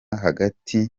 hagati